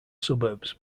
suburbs